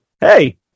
Hey